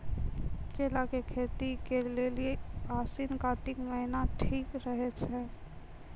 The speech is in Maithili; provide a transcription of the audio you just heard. केला के खेती के लेली आसिन कातिक महीना ठीक रहै छै